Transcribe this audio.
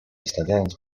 zostawiając